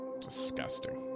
disgusting